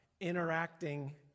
interacting